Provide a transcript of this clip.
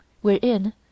Wherein